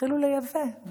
והתחילו לייבא.